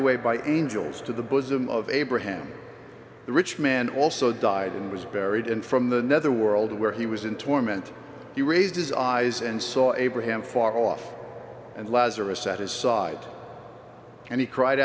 away by angels to the bosom of abraham the rich man also died and was buried in from the nether world where he was in torment he raised his eyes and saw abraham far off and lazarus at his side and he cried